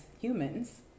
humans